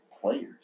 Players